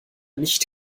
nicht